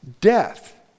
Death